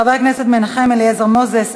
חבר הכנסת מנחם אליעזר מוזס,